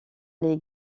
les